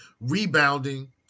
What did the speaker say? rebounding